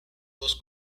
dos